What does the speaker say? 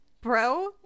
Bro